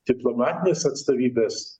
diplomatinės atstovybės